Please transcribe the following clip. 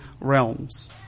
realms